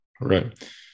Right